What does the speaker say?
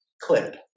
clip